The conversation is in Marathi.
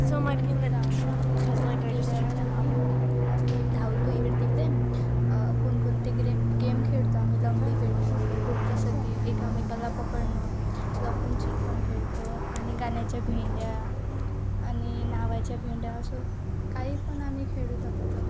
आणि ग्राउंड शाळेत गेल्यावर आम्ही मस्त धावतो इकड तिकडे कोणकोण तिकडे गेम खेळतो आम्ही लंगडी खेळतो जसं की एकामेकाला पकडणं लपनछुप पण खेळतो आणि गाण्याच्या भेंड्या आणि नावाच्या भेंड्या असं काही पण आम्ही खेळू शकतो